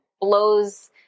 blows